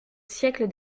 siècle